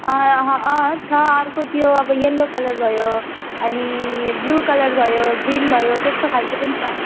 छ अर्को त्यो अब यल्लो कलर भयो अनि ब्लू कलर भयो ग्रिन भयो त्यस्तो खालको पनि छ